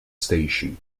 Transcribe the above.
station